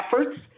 efforts